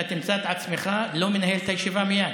אתה תמצא את עצמך לא מנהל את הישיבה מייד.